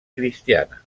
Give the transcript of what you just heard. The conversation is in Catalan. cristiana